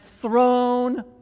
thrown